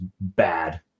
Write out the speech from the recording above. bad